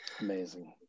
Amazing